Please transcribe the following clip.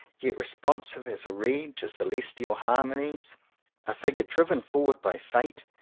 yet responsive as a reed to celestial harmonies a figure driven forward by fate,